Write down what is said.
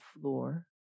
floor